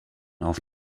auf